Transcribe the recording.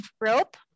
rope